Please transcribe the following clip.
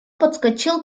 подскочил